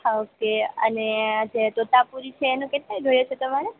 અને જે તોતાપુરી છે એનું કેટલું જોઈએ છે તમારે